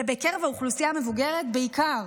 ובקרב האוכלוסייה המבוגרת בעיקר.